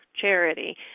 charity